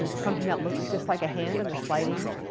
something that looks just like a hand in the sliding